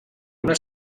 una